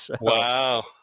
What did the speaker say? wow